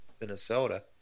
Minnesota